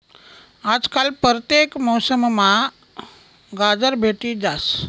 आजकाल परतेक मौसममा गाजर भेटी जास